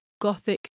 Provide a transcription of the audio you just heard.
Gothic